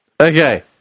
Okay